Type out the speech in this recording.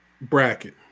bracket